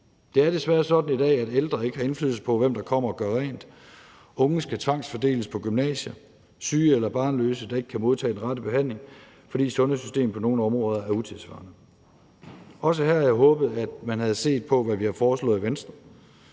Det er desværre sådan i dag, at ældre ikke har indflydelse på, hvem der kommer og gør rent, at unge skal tvangsfordeles på gymnasier, og at der er syge eller barnløse, der ikke kan modtage den rette behandling, fordi sundhedssystemet på nogle områder er utidssvarende. Også her havde jeg håbet, at man havde set på, hvad vi har foreslået i Venstre.